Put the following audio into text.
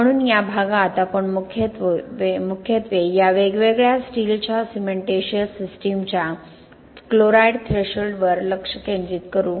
म्हणून या भागात आपण मुख्यत्वे या वेगवेगळ्या स्टील्सच्या सिमेंटिशिअस सिस्टमच्या क्लोराईड थ्रेशोल्डवर लक्ष केंद्रित करू